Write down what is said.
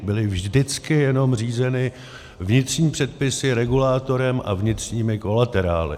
Byly vždycky jenom řízeny vnitřní předpisy, regulátorem a vnitřními kolaterály.